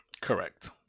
correct